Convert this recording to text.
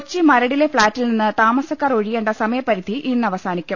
കൊച്ചി മരടിലെ ഫ്ളാറ്റിൽനിന്ന് താമസക്കാർ ഒഴിയേണ്ട സമയപരിധി ഇന്ന് അവസാനിക്കും